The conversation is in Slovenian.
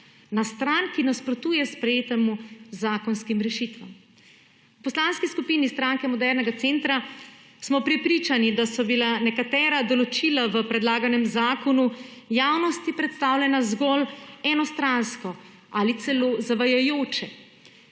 na stran, ki nasprotuje sprejetim zakonskim rešitvam. V Poslanski skupini Stranke modernega centra smo prepričani, da so bila nekatera določila v predlaganem zakonu javnosti predstavljena zgolj enostransko ali celo zavajajoče,